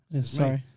Sorry